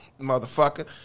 Motherfucker